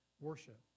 worship